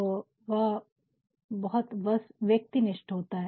तो वह बहुत व्यक्ति निष्ठ होता है